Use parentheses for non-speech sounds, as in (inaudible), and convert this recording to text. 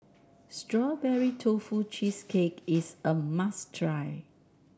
(noise) Strawberry Tofu Cheesecake is a must try